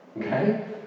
Okay